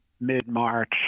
mid-March